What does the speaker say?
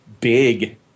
big